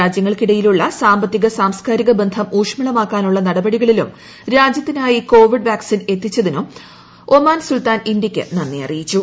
രാജ്യങ്ങൾക്കിടയിലുള്ള സാമ്പത്തിക സാംസ്കാരിക ബന്ധം ഊഷ്മളമാക്കാനുള്ള നടപടികളിലും രാജ്യത്തിനായി കൊവിഡ് വാക്സിൻ എത്തിച്ചതിനും ഒമാൻ സുൽത്താൻ ഇന്ത്യക്ക് നന്ദി അറിയിച്ചു